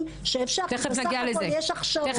שאפשר כי בסך הכול יש הכשרות וצריך לפתוח.